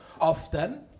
often